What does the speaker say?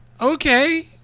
okay